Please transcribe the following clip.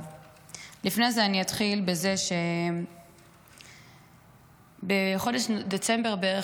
לפני זה אני אתחיל בזה שבחודש דצמבר בערך